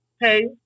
hey